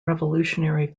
revolutionary